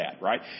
right